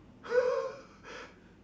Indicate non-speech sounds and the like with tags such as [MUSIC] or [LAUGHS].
[LAUGHS]